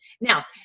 now